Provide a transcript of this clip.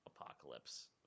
apocalypse